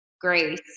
grace